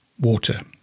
water